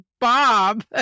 Bob